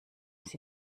sie